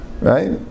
right